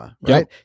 right